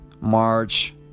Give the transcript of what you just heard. March